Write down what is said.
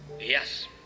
Yes